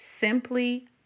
simply